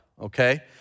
okay